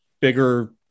bigger